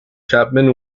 chapman